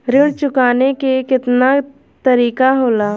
ऋण चुकाने के केतना तरीका होला?